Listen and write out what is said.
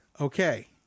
Okay